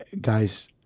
Guys